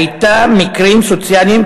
הייתה מקרים סוציאליים,